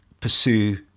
pursue